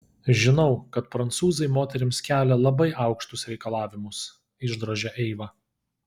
žinau kad prancūzai moterims kelia labai aukštus reikalavimus išdrožė eiva